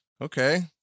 Okay